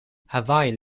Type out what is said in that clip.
hawaï